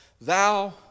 thou